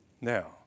Now